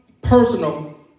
personal